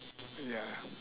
ya